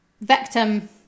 Victim